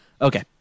okay